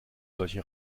solche